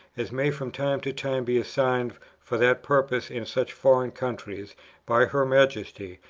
as may from time to time be assigned for that purpose in such foreign countries by her majesty,